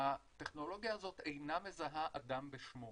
הטכנולוגיה הזאת אינה מזהה אדם בשמו.